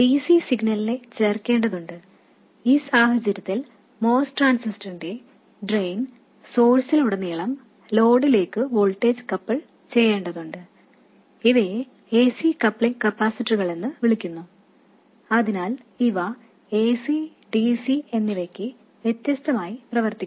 dc സിഗ്നലിനെ ചേർക്കേണ്ടതുണ്ട് ഈ സാഹചര്യത്തിൽ MOS ട്രാൻസിസ്റ്ററിന്റെ ഡ്രെയിൻ സോഴ്സിൽ നിന്നും ലോഡിലേക്ക് വോൾട്ടേജ് കപ്പിൾ ചെയ്യേണ്ടതുണ്ട് ഇവയെ ac കപ്ലിങ് കപ്പാസിറ്ററുകളെന്ന് വിളിക്കുന്നു അതിനാൽ ഇവ ac dc എന്നിവയ്ക്ക് വ്യത്യസ്തമായി പ്രവർത്തിക്കുന്നു